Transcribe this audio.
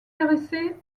intéressée